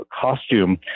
costume